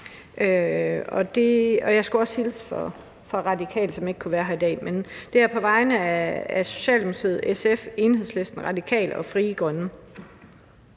Jeg skulle også hilse fra Radikale, som ikke kunne være her i dag, men det er på vegne af Socialdemokratiet, SF, Enhedslisten, Radikale og Frie Grønne: